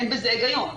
אין בזה הגיון.